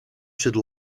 should